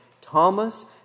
Thomas